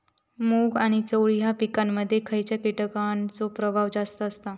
मूग आणि चवळी या पिकांमध्ये खैयच्या कीटकांचो प्रभाव जास्त असता?